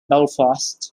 belfast